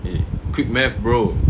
eh quick math bro